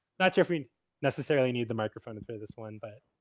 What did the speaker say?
not sure if we necessarily need the microphone and for this one, but.